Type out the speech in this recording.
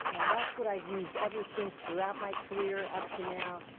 and that's what i've used ever since, throughout my career up to now.